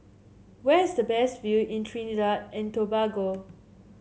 where is the best view in Trinidad and Tobago